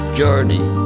journey